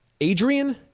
Adrian